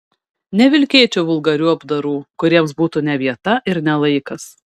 nevilkėčiau vulgarių apdarų kuriems būtų ne vieta ir ne laikas